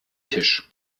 tisch